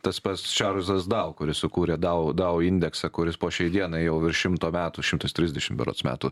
tas pats čarlzas dau kuris sukūrė dow dow indeksą kuris po šiai dienai jau virš šimto metų šimtas trisdešimt berods metų